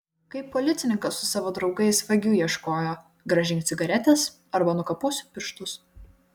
kaip policininkas su savo draugais vagių ieškojo grąžink cigaretes arba nukaposiu pirštus